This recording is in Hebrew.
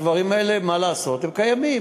הדברים האלה, מה לעשות, קיימים.